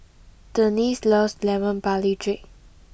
Denisse loves Lemon Barley Drink